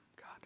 God